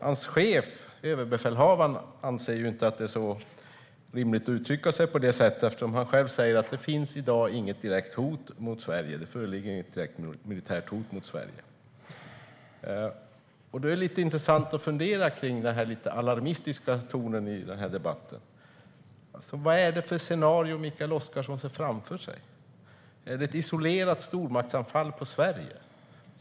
Hans chef, överbefälhavaren, anser inte att det är rimligt att uttrycka sig på det sättet eftersom han själv säger att det i dag inte föreligger något direkt militärt hot mot Sverige. Det är intressant att fundera på den lite alarmistiska tonen i debatten. Vad är det för scenario Mikael Oscarsson ser framför sig? Är det ett isolerat stormaktsanfall på Sverige?